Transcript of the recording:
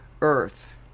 earth